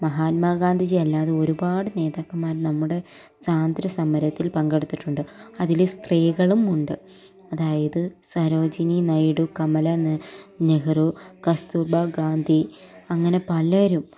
മഹാത്മാ ഗാന്ധിജി അല്ലാതെ ഒരുപാട് നേതാക്കന്മാർ നമ്മുടെ സ്വാതന്ത്ര്യ സമരത്തിൽ പങ്കെടുത്തിട്ടുണ്ട് അതിൽ സ്ത്രീകളും ഉണ്ട് അതായത് സരോജിനി നൈഡ കമല ന നെഹറു കസ്തൂർബ ഗാന്ധി അങ്ങനെ പലരും